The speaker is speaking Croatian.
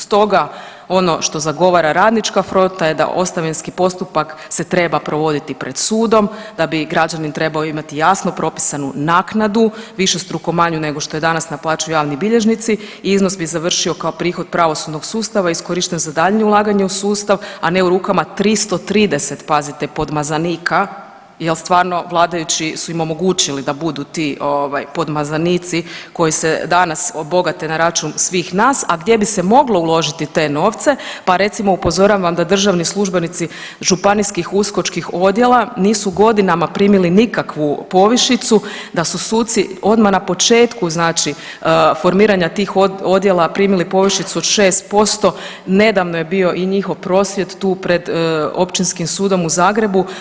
Stoga, ono što zagovara Radnička fronta je da ostavinski postupak se treba provoditi pred sudom, da bi građani trebali imati javno propisanu naknadu, višestruko manju nego što je danas naplaćuju javni bilježnici i iznos bi završio kao prihod pravosudnog sustava iskorišten za daljnje ulaganje u sustav, a ne u rukama 330, pazite, podmazanika, jer stvarno, vladajući su im omogućili da budu ti podmazanici koji se danas obogate na račun svih nas, a gdje bi se moglo uložiti te novce, pa recimo, upozoravam da državni službenici županijskih uskočkih odjela nisu godinama primili nikakvu povišicu, da su suci odmah na početku znači formiranja tih odjela primili povišicu od 6%, nedavno je bio i njihov prosvjed tu pred Općinskim sudom u Zagrebu.